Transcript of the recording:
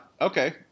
okay